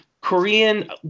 Korean